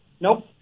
Nope